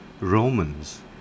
Romans